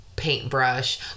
paintbrush